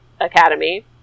academy